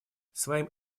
своим